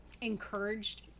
encouraged